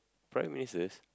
Prime-Ministers